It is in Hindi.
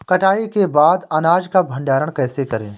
कटाई के बाद अनाज का भंडारण कैसे करें?